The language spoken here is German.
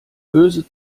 böse